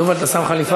יובל, אתה שם חליפה.